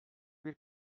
bir